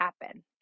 happen